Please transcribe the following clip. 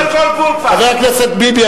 זה טון דיבור, חבר הכנסת ביבי.